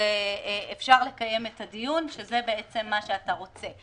אפשר לקיים את הדיון כשזה בעצם מה שאתה רוצה.